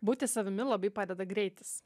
būti savimi labai padeda greitis